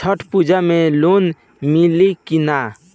छठ पूजा मे लोन मिली की ना?